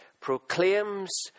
Proclaims